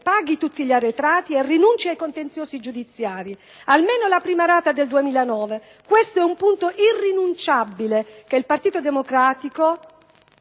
paghi tutti gli arretrati e rinunci ai contenziosi giudiziari, almeno la prima rata del 2009. Questo è un punto irrinunciabile che il Partito Democratico